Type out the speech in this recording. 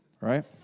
right